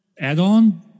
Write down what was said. add-on